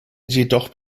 jedoch